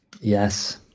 Yes